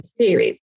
series